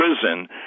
prison